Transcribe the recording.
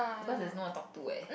because you no one to talk to eh